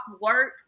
work